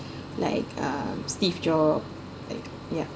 like uh steve jobs like yeah